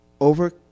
over